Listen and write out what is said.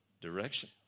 direction